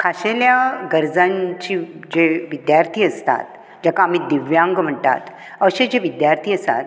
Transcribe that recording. खाशेल्या गरजांची जे विद्यार्थी आसतात तेका आमी दिव्यांग म्हणटात अशें जे विद्यार्थी आसात